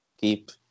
keep